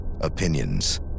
Opinions